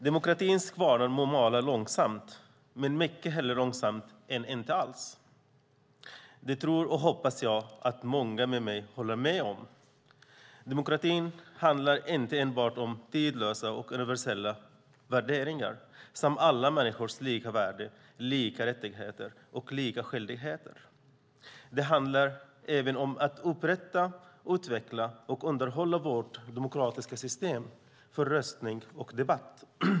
Demokratins kvarnar må mala långsamt, men mycket hellre långsamt än inte alls. Det tror och hoppas jag att många håller med om. Demokratin handlar inte enbart om tidlösa och universella värderingar som alla människors lika värde, lika rättigheter och lika skyldigheter. Det handlar även om att upprätta, utveckla och underhålla vårt demokratiska system för röstning och debatt.